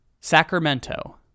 Sacramento